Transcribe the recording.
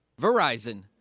verizon